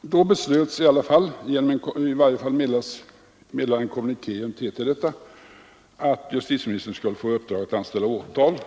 Det beslöts — i varje fall meddelade en kommuniké genom TT detta — att justitieministern skulle anställa åtal,